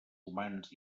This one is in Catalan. humans